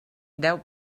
deu